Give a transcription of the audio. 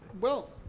well,